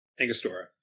Angostura